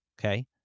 Okay